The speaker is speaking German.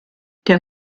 der